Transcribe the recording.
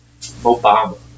Obama